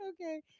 Okay